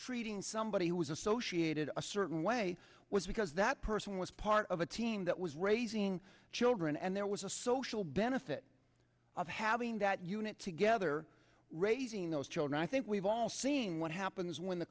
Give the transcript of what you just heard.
treating somebody who was associated a certain way was because that person was part of a team that was raising children and there was a social benefit of having that unit together raising those children i think we've all seen what happens when the